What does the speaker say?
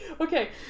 Okay